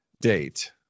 date